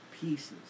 pieces